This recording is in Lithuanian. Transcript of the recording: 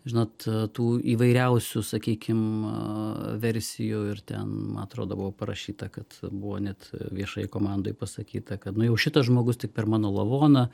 žinot tų įvairiausių sakykim versijų ir ten atrodo buvo parašyta kad buvo net viešai komandoj pasakyta kad nu jau šitas žmogus tik per mano lavoną